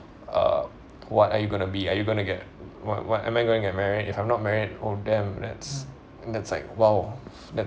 uh what are you gonna be are you going to get what what am I going to married if I'm not married oh damn that's that's like !wow!